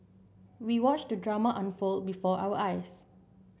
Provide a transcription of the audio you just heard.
we watched the drama unfold before our eyes